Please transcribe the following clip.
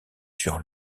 sur